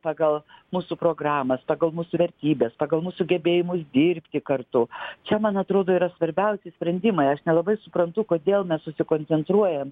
pagal mūsų programas pagal mūsų vertybes pagal mūsų gebėjimus dirbti kartu čia man atrodo yra svarbiausi sprendimai aš nelabai suprantu kodėl mes susikoncentruojam